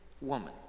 woman